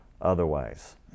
otherwise